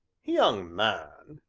young man,